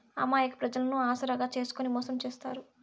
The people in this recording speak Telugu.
అమాయక ప్రజలను ఆసరాగా చేసుకుని మోసం చేత్తారు